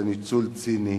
לניצול ציני,